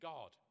God